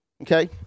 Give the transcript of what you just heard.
Okay